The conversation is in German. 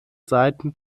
seiten